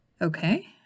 Okay